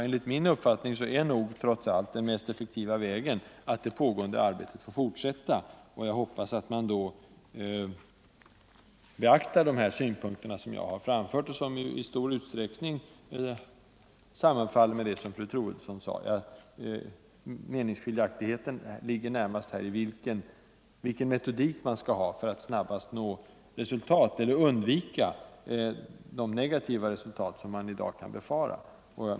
Enligt min uppfattning är den mest effektiva vägen att det pågående arbetet får fortsätta, och jag hoppas att man beaktar de synpunkter som jag har framfört och som i stor utsträckning sammanfaller med det som fru Troedsson anförde. Meningsskiljaktigheten oss emellan ligger närmast i vilken metodik man skall använda för att snabbast nå resultat, eller för att undvika de negativa resultat som i dag kan befaras. Herr talman!